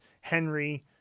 Henry